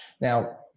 Now